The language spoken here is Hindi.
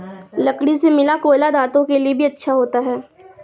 लकड़ी से मिला कोयला दांतों के लिए भी अच्छा होता है